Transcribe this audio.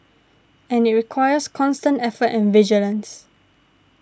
and it requires constant effort and vigilance